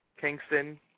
Kingston